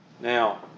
Now